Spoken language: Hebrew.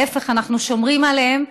להפך, אנחנו שומרים עליהם.